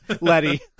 Letty